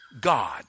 God